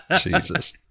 jesus